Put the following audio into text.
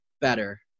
better